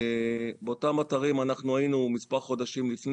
היינו באותם אתרים מספר חודשים קודם.